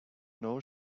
know